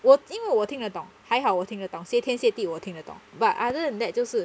我因为我听得懂还好我听得懂谢天谢地我听得懂 but other than that 就是